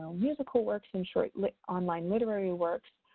musical works and short lit online literary works,